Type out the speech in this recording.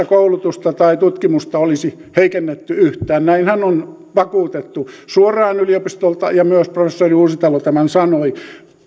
koulutusta tai tutkimusta olisi heikennetty yhtään näinhän on vakuutettu suoraan yliopistolta ja myös professori uusitalo tämän sanoi hän